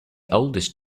oldest